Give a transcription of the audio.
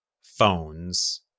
phones